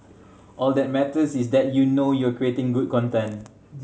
all that matters is that you know you're creating good content